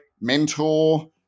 mentor